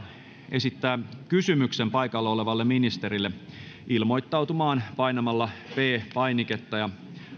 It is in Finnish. esittää kysymyksen ministerille ilmoittautumaan painamalla p painiketta ja